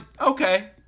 okay